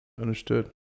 Understood